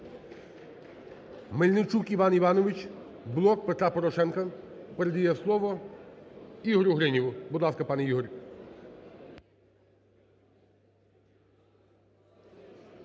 Мельничук Іван Іванович, "Блок Петра Порошенка", передає слово Ігорю Гриніву. Будь ласка, пане Ігор.